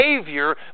behavior